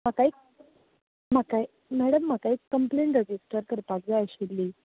म्हाका एक म्हाका मॅडम म्हाका एक कंप्लेन रजिस्टर करपाक जाय आशिल्ली